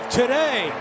today